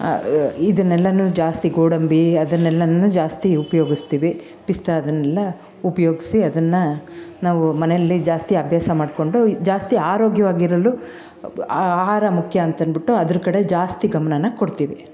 ಇದನ್ನೆಲ್ಲ ಜಾಸ್ತಿ ಗೋಡಂಬಿ ಅದನ್ನೆಲ್ಲನು ಜಾಸ್ತಿ ಉಪ್ಯೋಗಿಸ್ತೀವಿ ಪಿಸ್ತ ಅದನ್ನೆಲ್ಲ ಉಪಯೋಗ್ಸಿ ಅದನ್ನು ನಾವು ಮನೆಯಲ್ಲಿ ಜಾಸ್ತಿ ಅಭ್ಯಾಸ ಮಾಡಿಕೊಂಡು ಜಾಸ್ತಿ ಆರೋಗ್ಯವಾಗಿರಲು ಆಹಾರ ಮುಖ್ಯ ಅಂತನ್ಬಿಟ್ಟು ಅದರ ಕಡೆ ಜಾಸ್ತಿ ಗಮನನ ಕೊಡ್ತೀವಿ